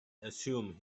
assumed